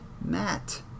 Matt